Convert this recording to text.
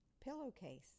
pillowcase